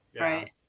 Right